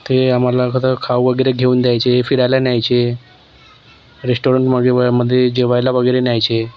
ते आम्हाला कसं खाऊ वगैरे घेऊन द्यायचे फिरायला न्यायचे रेस्टॉरंटमध्ये मध्ये जेवायला वगैरे न्यायचे